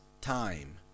time